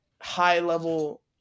high-level